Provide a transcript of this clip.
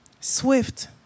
Swift